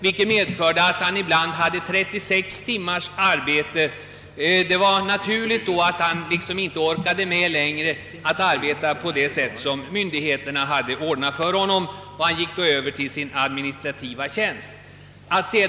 Det medförde att han ibland arbetade 36 timmar i sträck, och det var då naturligt att han inte orkade arbeta längre under de förhållanden som myndigheterna hade ordnat för honom. Därför gick han över till den administrativa tjänst han nu har.